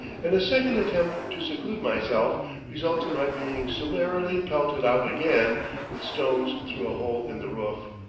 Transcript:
and a second attempt to seclude myself results in my being summarily pelted out again with stones through a hole in the roof.